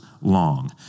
long